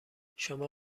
شما